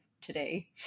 today